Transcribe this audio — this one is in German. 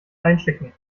einschicken